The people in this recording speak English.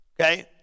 Okay